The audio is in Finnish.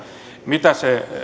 mitä